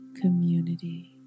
community